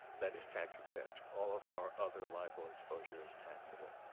that is tax exempt. all of our other libor exposure is taxable.